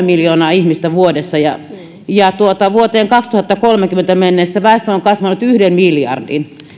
miljoonaa ihmistä vuodessa ja ja vuoteen kaksituhattakolmekymmentä mennessä väestö on kasvanut yhdellä miljardilla